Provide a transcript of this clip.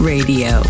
Radio